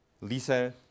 LISA